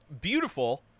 beautiful